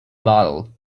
bottle